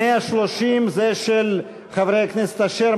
130 זה של חברי הכנסת אשר,